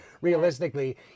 realistically